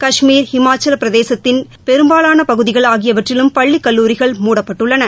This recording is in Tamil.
கஷ்மீர் இமாச்சல பிரதேச மாநிலத்தின் பெரும்பாலான பகுதிகள் ஆகியவற்றிலும் பள்ளி கல்லூரிகள் மூடப்பட்டுள்ளன